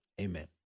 Amen